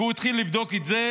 כי הוא התחיל לבדוק את זה